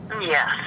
Yes